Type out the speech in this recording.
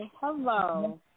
Hello